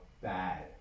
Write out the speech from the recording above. bad